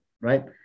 right